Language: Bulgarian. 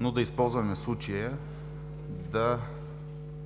но да използваме случая да